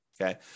okay